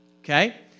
okay